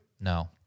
No